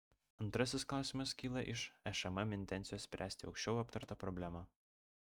antrasis klausimas kyla iš šmm intencijos spręsti aukščiau aptartą problemą